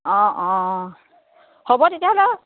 অঁ অঁ হ'ব তেতিয়াহ'লে